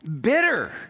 bitter